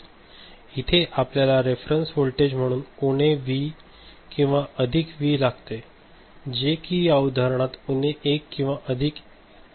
इथे आपल्याला reference voltage म्हणून उणे व्ही किंवा अधिक व्ही लागते जे कि या उदाहरणात उणे 1 किंवा अधिक 1 घेतले आहे